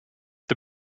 the